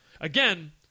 Again